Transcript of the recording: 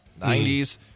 90s